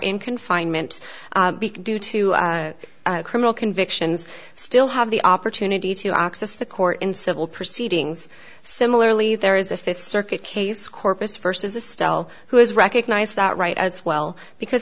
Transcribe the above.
in confinement due to criminal convictions still have the opportunity to access the court in civil proceedings similarly there is a fifth circuit case corpus versus a still who has recognized that right as well because